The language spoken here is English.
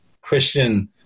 Christian